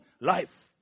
life